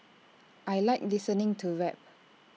I Like listening to rap